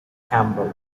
campbell